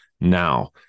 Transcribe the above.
Now